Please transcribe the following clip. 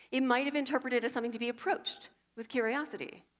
it might've interpreted as something to be approached with curiosity.